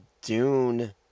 Dune